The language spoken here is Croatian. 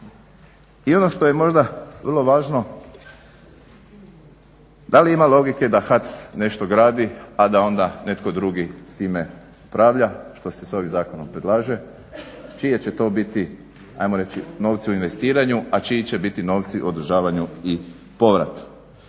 I ono što je možda vrlo važno, da li ima logike da HAC nešto gradi, a da onda netko drugi s time upravlja što se s ovim zakonom predlaže, čiji će to biti ajmo reći novci u investiranju, a čiji će biti novci u održavanju i povratu.